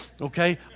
Okay